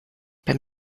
beim